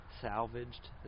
salvaged